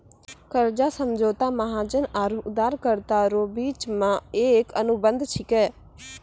कर्जा समझौता महाजन आरो उदारकरता रो बिच मे एक अनुबंध छिकै